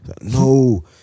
No